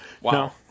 Wow